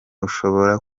ushobora